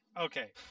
okay